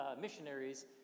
missionaries